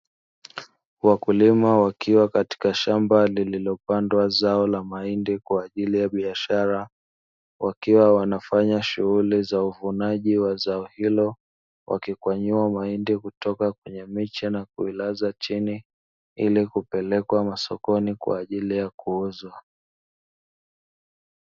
Wakulima wakiwa katika shamba lililopandwa zao la mahindi kwa ajili ya biashara wakiwa wanafanya shughuli za uvunaji wa zao hilo wakikwanyua mahindi kutoka kwenye miche na kuilaza chini ili kupelekwa masokoni kwa ajili ya kuuzwa.